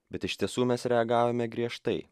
bet iš tiesų mes reagavome griežtai